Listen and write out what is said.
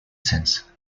since